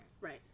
right